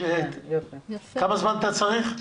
כמה זמן אתה צריך?